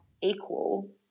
equal